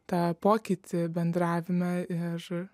tą pokytį bendravime ir